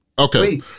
Okay